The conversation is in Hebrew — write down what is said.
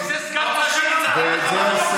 והקנאים,